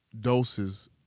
doses